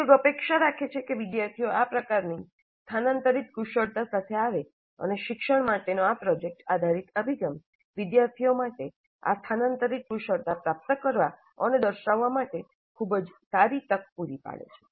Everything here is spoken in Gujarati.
ઉદ્યોગ અપેક્ષા રાખે છે કે વિદ્યાર્થીઓ આ પ્રકારની સ્થાનાંતરિક કુશળતા સાથે આવે અને શિક્ષણ માટેનો આ પ્રોજેક્ટ આધારિત અભિગમ વિદ્યાર્થીઓ માટે આ સ્થાનાંતરિત કુશળતા પ્રાપ્ત કરવા અને દર્શાવવા માટે ખૂબ જ સારી તક પૂરી પાડે છે